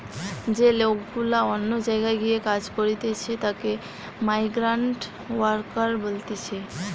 যে লোক গুলা অন্য জায়গায় গিয়ে কাজ করতিছে তাকে মাইগ্রান্ট ওয়ার্কার বলতিছে